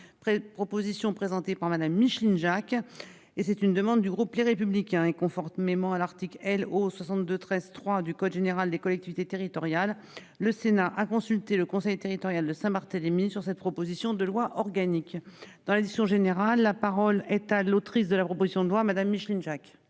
propositions présentées par Madame Micheline Jacques et c'est une demande du groupe Les Républicains et conformément à l'article L O 62 13 3 du code général des collectivités territoriales, le Sénat a consulté le conseiller territorial de Saint-Barthélemy sur cette proposition de loi organique dans la discussion générale. La parole est à l'autrice de la proposition de loi Madame Micheline Jacques.